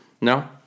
No